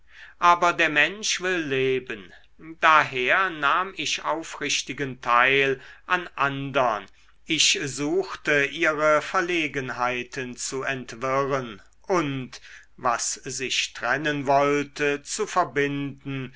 aber der mensch will leben daher nahm ich aufrichtigen teil an andern ich suchte ihre verlegenheiten zu entwirren und was sich trennen wollte zu verbinden